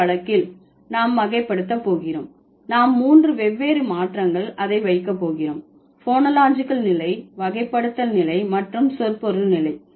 இந்த வழக்கில் நாம் வகைப்படுத்த போகிறோம் நாம் மூன்று வெவ்வேறு மாற்றங்கள் அதை வைக்க போகிறோம் போனோலாஜிகல் நிலை வகைப்படுத்தல் நிலை மற்றும் சொற்பொருள் நிலை